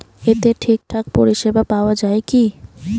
এতে ঠিকঠাক পরিষেবা পাওয়া য়ায় কি?